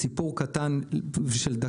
סיפור של דקה.